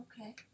Okay